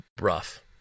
rough